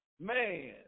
man